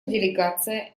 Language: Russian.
делегация